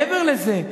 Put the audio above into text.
מעבר לזה,